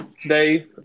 Today